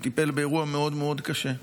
שטיפל באירוע מאוד קשה,